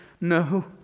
No